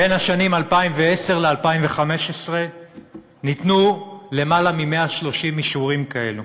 בין 2010 ל-2015 ניתנו יותר מ-130 אישורים כאלה.